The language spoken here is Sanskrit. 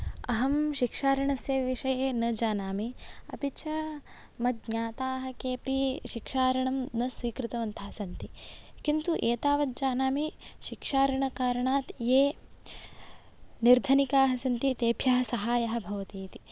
अहं शिक्षा ऋणस्य विषये न जानामि अपि च मद् ज्ञाताः केऽपि शिक्षा ऋणं न स्वीकृतवन्तः सन्ति किन्तु एतावत् जानामि शिक्षा ऋणकारणात् ये निर्धनिकाः सन्ति तेभ्यः सहायः भवति इति